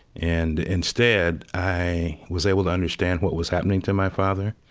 and, instead, i was able to understand what was happening to my father.